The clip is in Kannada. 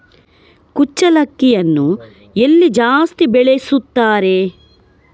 ಕುಚ್ಚಲಕ್ಕಿಯನ್ನು ಎಲ್ಲಿ ಜಾಸ್ತಿ ಬೆಳೆಸುತ್ತಾರೆ?